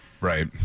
Right